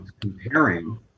comparing